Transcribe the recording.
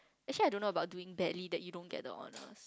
actually I don't know about doing badly that you don't get the honours